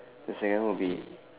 the second will be